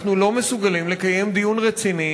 אנחנו לא מסוגלים לקיים דיון רציני